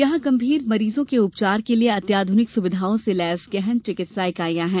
यहां गंभीर मरीजों के उपचार के लिए अत्याध्रनिक सुविधाओं से लैस गहन चिकित्सा इकाइयां हैं